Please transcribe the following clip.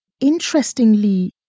interestingly